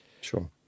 sure